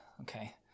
okay